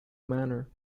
manner